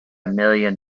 million